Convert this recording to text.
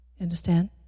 Understand